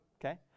Okay